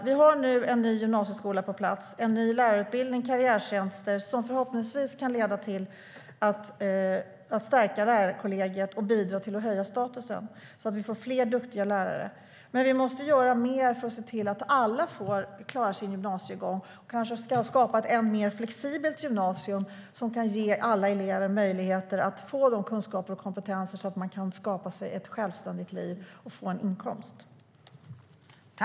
Vi har nu en ny gymnasieskola på plats, en ny lärarutbildning och karriärtjänster som förhoppningsvis kan leda till att stärka lärarkollegiet och bidra till att höja statusen så att vi får fler duktiga lärare. Men vi måste göra mer för att se till att alla klarar sin gymnasiegång, kanske genom att skapa ett ännu mer flexibelt gymnasium som kan ge alla elever möjligheter att få kunskap och kompetens att skapa sig ett självständigt liv och få en inkomst.